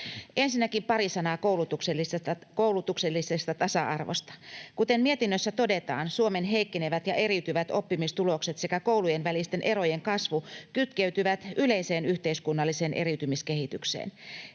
Ensinnäkin pari sanaa koulutuksellisesta tasa-arvosta. Kuten mietinnössä todetaan, Suomen heikkenevät ja eriytyvät oppimistulokset sekä koulujen välisten erojen kasvu kytkeytyvät yleiseen yhteiskunnalliseen eriytymiskehitykseen.